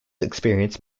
experience